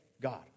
God